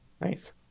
nice